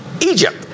Egypt